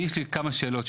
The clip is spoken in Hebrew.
כמה שאלות.